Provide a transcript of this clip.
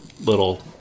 little